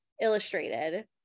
illustrated